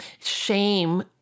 shame